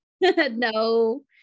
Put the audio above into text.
no